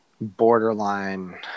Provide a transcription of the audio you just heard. borderline